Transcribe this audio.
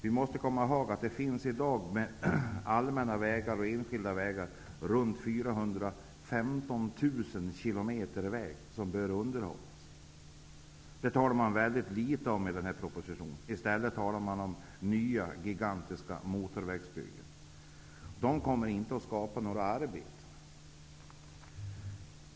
Vi skall komma ihåg att det i dag med allmänna och enskilda vägar finns runt 415 000 km väg som behöver underhållas. Detta talas det mycket litet om i den här propositionen. I stället talas om nya gigantiska motorvägsbyggen. Dessa kommer inte att skapa några arbeten.